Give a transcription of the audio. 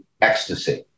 ecstasy